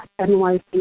NYC